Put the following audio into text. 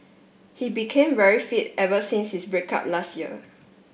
he became very fit ever since his break up last year